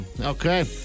okay